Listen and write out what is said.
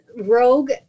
rogue